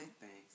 Thanks